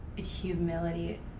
humility